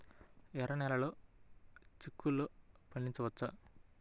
ఎర్ర నెలలో చిక్కుల్లో పండించవచ్చా?